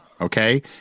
okay